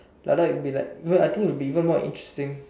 ladakh will be like even I think it would be even more interesting